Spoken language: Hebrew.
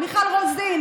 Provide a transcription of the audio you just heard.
מיכל רוזין,